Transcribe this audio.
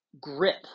grip